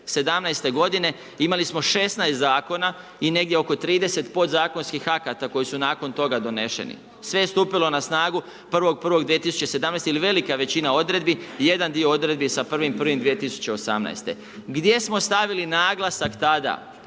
2017. godine imali smo 16 zakona i negdje oko 30 podzakonskih akata koji su nakon toga doneseni. Sve je stupilo na snagu 1.1.2017. ili velika većina odredbi, jedan dio odredbi je sa 1.12018. Gdje smo stavili naglasak tada?